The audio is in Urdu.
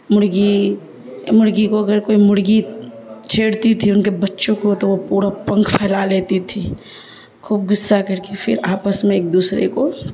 مرغی مرغی کو اگر کوئی مرغی چھیڑتی تھی ان کے بچوں کو تو وہ پورا پنکھ پھیلا لیتی تھی خوب غصہ کر کے پھر آپس میں ایک دوسرے کو